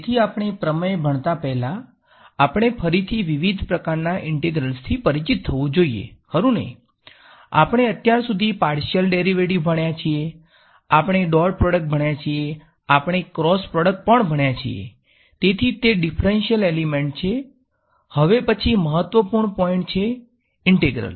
તેથી આપણે પ્રમેય ભણતા પહેલા આપણે ફરીથી વિવિધ પ્રકારનાં ઈંટેગ્રલ્સથી એલિમેન્ટ છે અને હવે પછી મહત્વપૂર્ણ પોઈન્ટ છે ઈંટેગ્રલ